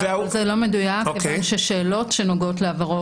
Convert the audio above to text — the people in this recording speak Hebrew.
זה לא מדויק, כיוון ששאלות שנוגעות לעברו